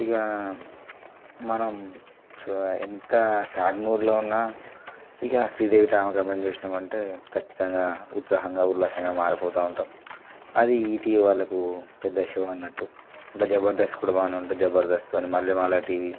ఇక మనం చ ఎంత స్యాడ్ మూడ్లో ఉన్నా ఇక శ్రీదేవి డ్రామా కంపెనీ చూసినామంటే ఖచ్చితంగా ఉత్సాహంగా ఉల్లాసంగా మారిపోతూ ఉంటాం అది ఈటీవీ వాళ్ళకు పెద్ద షో అన్నట్టు ఇంకా జబర్దస్త్ కూడా బాగానే ఉంటుంది జబర్దస్త్ గానీ మల్లెమాల టీవీ